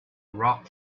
rock